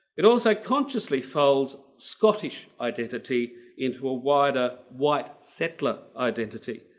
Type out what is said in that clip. it also consciously folds scottish identity into a wider white settler identity,